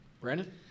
Brandon